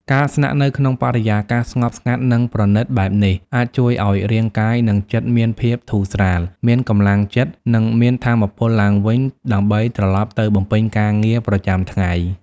ការស្នាក់នៅក្នុងបរិយាកាសស្ងប់ស្ងាត់ និងប្រណីតបែបនេះ អាចជួយឲ្យរាងកាយ និងចិត្តមានភាពធូរស្រាល មានកម្លាំងចិត្ត និងមានថាមពលឡើងវិញដើម្បីត្រឡប់ទៅបំពេញការងារប្រចាំថ្ងៃ។